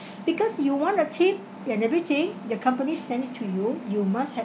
because you want a tip and everything your company send it to you you must have